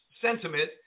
sentiment